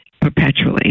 perpetually